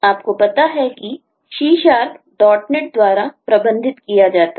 आपको पता है कि C Net द्वारा प्रबंधित किया जाता है